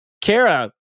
Kara